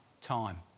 time